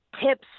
tips